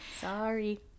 Sorry